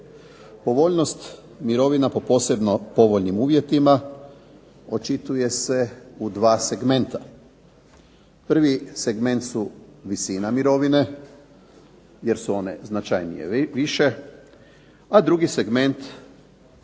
Povoljnost mirovina po posebno povoljnim uvjetima očituje se u 2 segmenta. Prvi segment su visina mirovine, jer su one značajnije više, a drugi segment